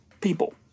people